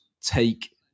take